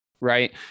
right